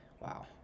wow